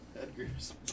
Edgar's